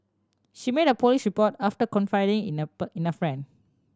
she made a police report after confiding in a in a friend